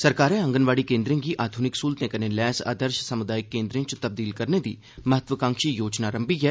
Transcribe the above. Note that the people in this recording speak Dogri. सरकारै आंगनवाड़ी केन्द्रें गी आध्निक स्हूलतें कन्नै लैस आदर्श साम्दायिक केन्द्रे च तब्दील करने दी महत्वकांक्षी योजना रम्भी ऐ